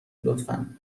لطفا